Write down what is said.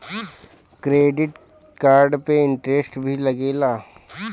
Credit card पे interest भी लागेला?